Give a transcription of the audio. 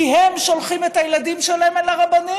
כי הם שולחים את הילדים שלהם אל הרבנים,